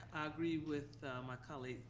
i agree with my colleague,